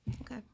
Okay